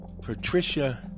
Patricia